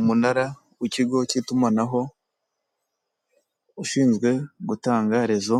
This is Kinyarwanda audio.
Umunara w'ikigo cy'itumanaho ushinzwe gutanga rezo,